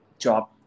job